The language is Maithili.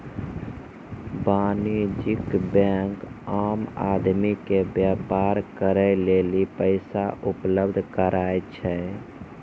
वाणिज्यिक बेंक आम आदमी के व्यापार करे लेली पैसा उपलब्ध कराय छै